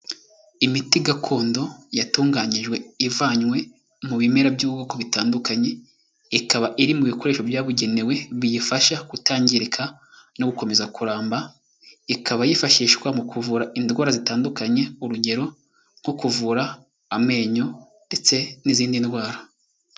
Imiti gakondo yatunganyijwe ivanywe mu bimera by'ubwoko butandukanye, ikaba iri mu bikoresho byabugenewe biyifasha kutangirika no gukomeza kuramba, ikaba yifashishwa mu kuvura indwara zitandukanye. Urugero; nko kuvura amenyo ndetse n'izindi ndwara.